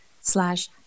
slash